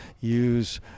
use